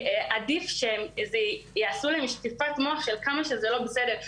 עדיף שיעשו להם שטיפת מוח על כמה שזה לא בסדר,